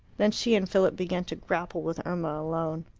then she and philip began to grapple with irma alone.